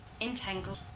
Entangled